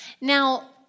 Now